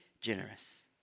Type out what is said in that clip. generous